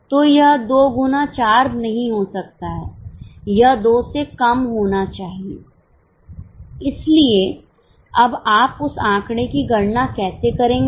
तो यह 2 गुना 4 नहीं हो सकता है यह 2 से कम होना चाहिए इसलिए अब आप उस आंकड़े की गणना कैसे करेंगे